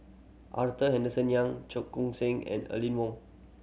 Arthur Henderson Young Cheong Koon Seng and Aline Wong